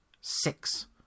Six